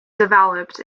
developed